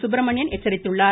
சுப்ரமணியன் எச்சரித்துள்ளார்